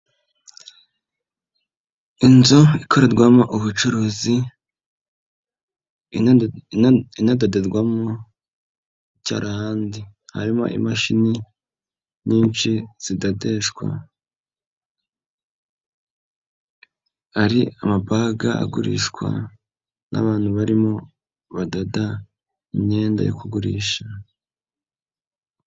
Inzu ikorerwamo ubucuruzi, inadoderwamo icyarahani, harimo imashini nyinshi zidodeshwa, hari amabaga agurishwa n'abantu barimo badoda imyenda yo kugurisha.